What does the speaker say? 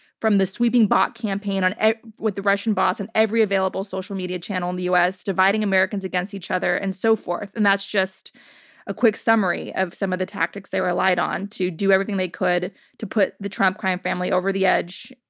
from the sweeping bot campaign with the russian bots and every available social media channel in the us dividing americans against each other, and so forth. and that's just a quick summary of some of the tactics they relied on to do everything they could to put the trump crime family over the edge.